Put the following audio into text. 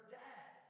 dad